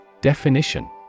Definition